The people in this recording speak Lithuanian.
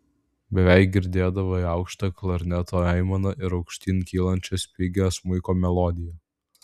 beveik girdėdavai aukštą klarneto aimaną ir aukštyn kylančią spigią smuiko melodiją